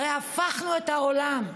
הרי הפכנו את העולם: